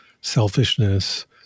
selfishness